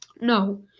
No